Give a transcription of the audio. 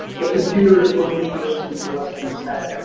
the computer is going to be listening to what's being said, at